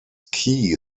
key